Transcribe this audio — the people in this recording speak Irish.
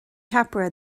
ceapaire